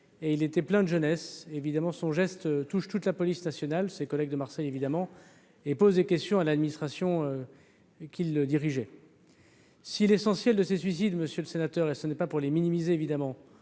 Il était plein de jeunesse. Son geste touche bien entendu toute la police nationale, ses collègues de Marseille et pose des questions à l'administration qui le dirigeait. Si l'essentiel de ces suicides- et je ne dis évidemment